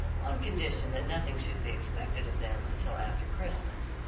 on condition that nothing should be expected of them until after christmas.